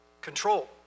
Control